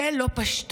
זו לא פשטות,